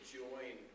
join